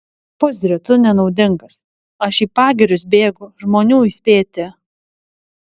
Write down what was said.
pūzre tu nenaudingas aš į pagirius bėgu žmonių įspėti